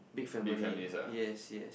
big family yes yes